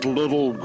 little